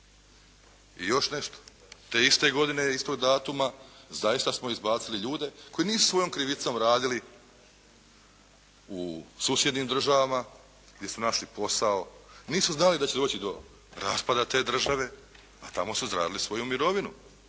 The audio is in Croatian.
I još nešto. Te iste godine, istog datuma zaista smo izbacili ljude koji nisu svojom krivicom radili u susjednim državama gdje su našli posao, nisu znali da će doći do raspada te države, a tamo su zaradili svoju mirovinu